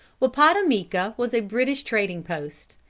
wappatomica was a british trading post.